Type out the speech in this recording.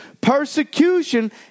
Persecution